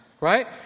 right